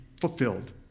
fulfilled